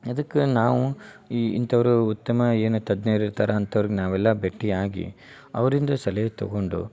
ಎದಕ್ಕ ನಾವು ಈ ಇಂಥವ್ರು ಉತ್ತಮ ಏನು ತಜ್ಞರು ಇರ್ತಾರೆ ಅಂಥವ್ರಿಗೆ ನಾವೆಲ್ಲ ಭೇಟಿಯಾಗಿ ಅವರಿಂದ ಸಲಹೆ ತೊಗೊಂಡು